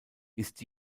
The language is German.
ist